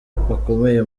bakomeye